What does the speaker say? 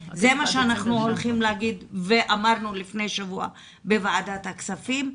זה מה שאנחנו הולכים להגיד ואמרנו לפני שבוע בוועדת הכספים.